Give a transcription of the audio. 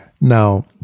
Now